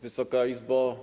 Wysoka Izbo!